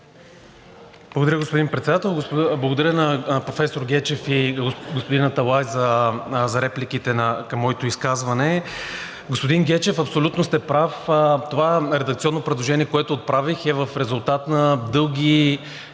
Благодаря, господин Председател. Благодаря на професор Гечев и господин Аталай за репликите към моето изказване. Господин Гечев, абсолютно сте прав. Това редакционно предложение, което направих, е в резултат на дълги